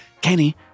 Kenny